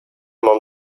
mam